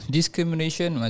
discrimination